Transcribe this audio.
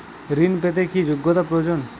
ঋণ পেতে কি যোগ্যতা প্রয়োজন?